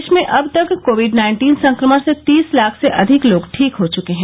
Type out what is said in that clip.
देश में अब तक कोविड नाइन्टीन संक्रमण से तीस लाख से अधिक लोग ठीक हो चुके हैं